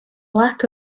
lack